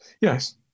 Yes